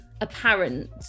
apparent